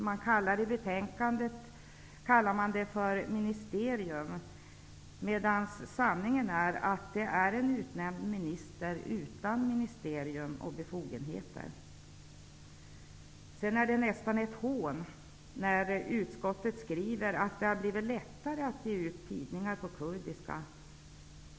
Man kallar det i betänkandet för ministerium. Men sanningen är att det är en utnämnd minister utan ministerium och befogenheter. Det är nästan ett hån när utskottet skriver att det har blivit lättare att ge ut tidningar på kurdiska.